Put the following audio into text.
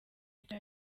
cya